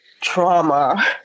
trauma